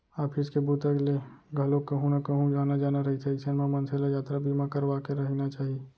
office के बूता ले घलोक कहूँ न कहूँ आना जाना रहिथे अइसन म मनसे ल यातरा बीमा करवाके रहिना चाही